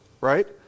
right